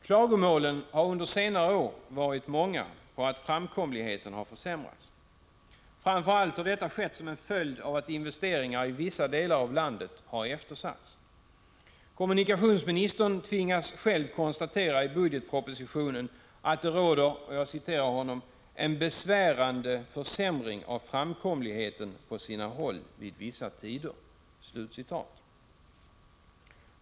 Klagomålen har under senare år varit många på att framkomligheten har försämrats. Framför allt har detta skett som en följd av att investeringar i vissa delar av landet har eftersatts. Kommunikationsministern tvingas själv i budgetpropositionen konstatera att det råder ”en besvärande försämring av framkomligheten på sina håll vid vissa tider”.